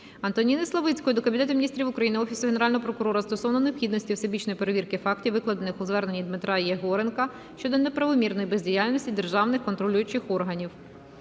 Антоніни Славицької до Кабінету Міністрів України, Офісу Генерального прокурора стосовно необхідності всебічної перевірки фактів, викладених у зверненні Дмитра Єгоренка, щодо неправомірної бездіяльності державних контролюючих органів.